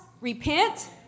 Repent